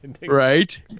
Right